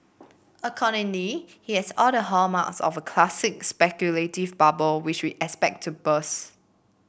accordingly it has all the hallmarks of a classic speculative bubble which we expect to burst